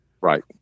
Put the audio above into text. Right